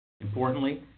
Importantly